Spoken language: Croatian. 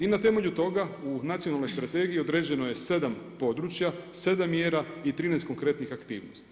I na temelju toga u Nacionalnoj strategiji određeno je 7 područja, 7 mjera i 13 konkretnih aktivnosti.